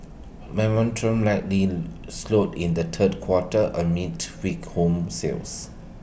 momentum likely slowed in the third quarter amid weak home sales